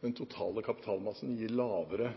den totale kapitalmassen gir lavere